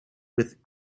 with